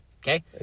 Okay